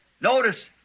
Notice